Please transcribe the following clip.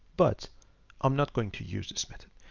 but i'm not going to use this method.